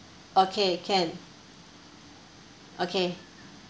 okay can okay